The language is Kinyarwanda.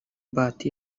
bahati